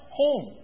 home